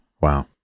Wow